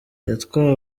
yatwaye